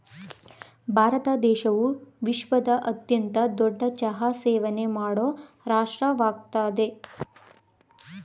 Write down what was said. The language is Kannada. ಭಾರತ ದೇಶವು ವಿಶ್ವದ ಅತ್ಯಂತ ದೊಡ್ಡ ಚಹಾ ಸೇವನೆ ಮಾಡೋ ರಾಷ್ಟ್ರವಾಗಯ್ತೆ